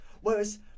Whereas